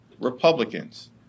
Republicans